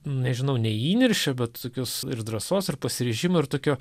nežinau ne įniršio bet tokios ir drąsos pasiryžimo ir tokio